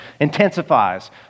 intensifies